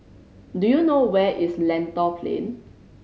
do you know where is Lentor Plain